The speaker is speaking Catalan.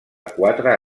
quatre